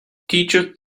teacher